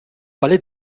palais